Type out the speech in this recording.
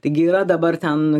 taigi yra dabar ten